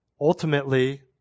Ultimately